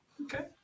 Okay